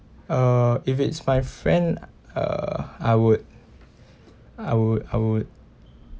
uh if it's my friend uh I would I would I would